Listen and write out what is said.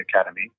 academy